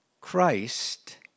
Christ